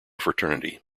fraternity